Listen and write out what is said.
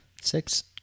six